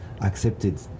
accepted